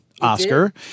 Oscar